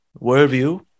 worldview